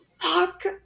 fuck